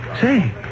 Say